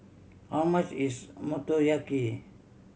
how much is Motoyaki